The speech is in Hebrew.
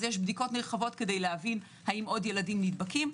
יש בדיקות נרחבות כדי להבין האם עוד ילדים נדבקים.